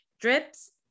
Drips